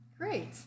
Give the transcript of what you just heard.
Great